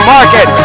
Market